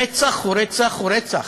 רצח הוא רצח הוא רצח.